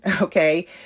okay